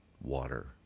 water